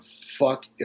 fuck